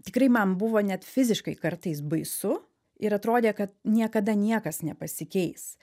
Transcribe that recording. tikrai man buvo net fiziškai kartais baisu ir atrodė kad niekada niekas nepasikeis